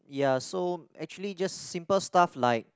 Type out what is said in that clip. ya so actually just simple stuff like